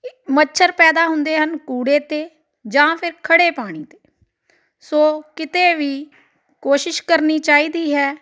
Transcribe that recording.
ਮੱਛਰ ਪੈਦਾ ਹੁੰਦੇ ਹਨ ਕੂੜੇ 'ਤੇ ਜਾਂ ਫਿਰ ਖੜ੍ਹੇ ਪਾਣੀ 'ਤੇ ਸੋ ਕਿਤੇ ਵੀ ਕੋਸ਼ਿਸ਼ ਕਰਨੀ ਚਾਹੀਦੀ ਹੈ